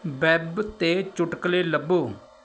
web 'ਤੇ ਚੁਟਕਲੇ ਲੱਭੋ